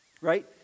Right